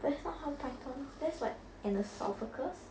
but that's not how python that's like in the south africa